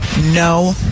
no